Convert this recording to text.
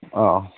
ꯑꯥ ꯑꯥ